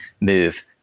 move